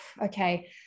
okay